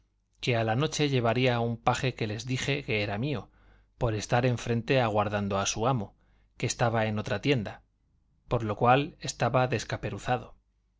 que a la noche llevaría un paje que les dije que era mío por estar enfrente aguardando a su amo que estaba en otra tienda por lo cual estaba